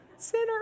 sinner